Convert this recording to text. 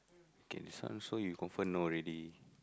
kay this one so you confirm know already